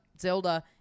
zelda